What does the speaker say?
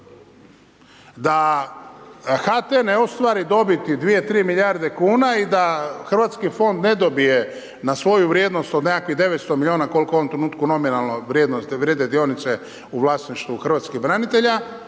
Da HT ne ostvari dobiti 2, 3 milijarde kuna i da hrvatski fond ne dobije na svoju vrijednost od nekakvih 900 milijuna koliko u ovom trenutku nominalna vrijednost vrijede dionice u vlasništvu hrvatskih branitelja,